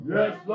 Yes